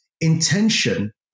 Intention